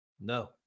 No